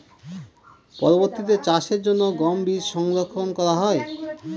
পরবর্তিতে চাষের জন্য গম বীজ সংরক্ষন করা হয়?